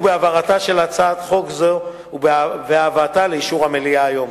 בהעברתה של הצעת חוק זו ובהבאתה לאישור המליאה היום.